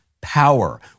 power